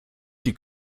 die